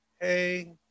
Hey